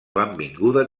benvinguda